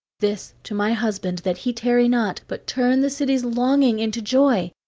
this to my husband, that he tarry not, but turn the city's longing into joy!